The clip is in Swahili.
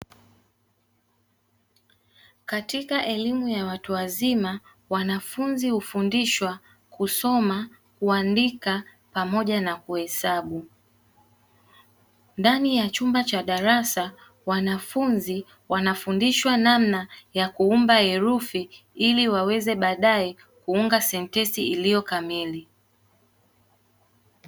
Kwenye elimu ya watu wazima, wanafunzi hufundishwa kusoma, kuandika pamoja na kuhesabu. Ndani ya chumba cha darasa, wanafunzi wanafundishwa namna ya kuumba herufi ili waweze baadaye kuunga sentensi iliyo kamilifu.